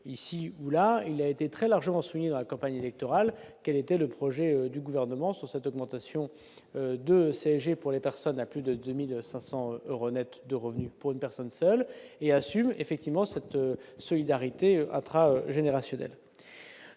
ici ou là, il a été très largement suivie dans la campagne électorale : quel était le projet du gouvernement sur cette augmentation de CSG pour les personnes à plus de 2500 euros nets de revenus pour une personne seule et assume effectivement cette solidarité intra, générationnel,